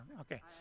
Okay